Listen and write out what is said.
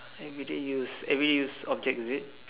everyday use every use object is it